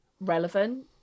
relevant